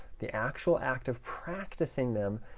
the actual act of practicing them,